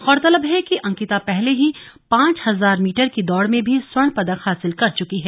गौरतलब है कि अंकिता पहले ही पांच हजार मीटर की दौड़ में भी स्वर्ण पदक हासिल कर चुकी है